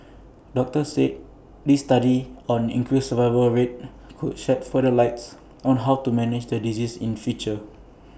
doctors said this study on increased survival rate could shed further lights on how to manage the disease in future